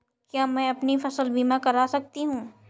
क्या मैं अपनी फसल बीमा करा सकती हूँ?